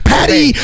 Patty